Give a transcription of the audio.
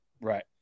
Right